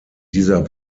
dieser